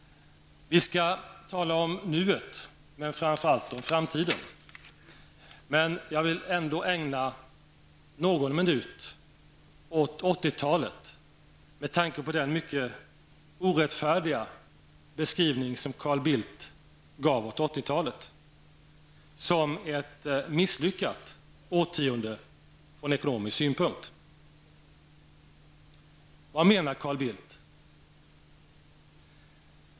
Vi skall tala om nuet men framför allt om framtiden. Men jag vill ändå ägna någon minut åt 1980-talet med tanke på den orättfärdiga beskrivning som Carl Bildt gav av 1980-talet. Han beskrev det som ett misslyckat årtionde från ekonomisk synpunkt. Vad menar Carl Bildt?